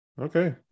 okay